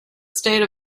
state